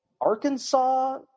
Arkansas